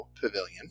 pavilion